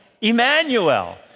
Emmanuel